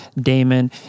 Damon